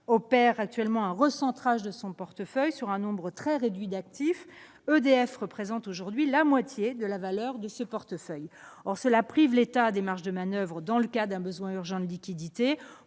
opère actuellement un recentrage de son portefeuille sur un nombre très réduit d'actifs : EDF représente aujourd'hui la moitié de la valeur de son portefeuille. Or cela prive l'État de marges de manoeuvre dans le cas où des liquidités